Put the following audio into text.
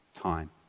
time